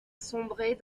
sombrer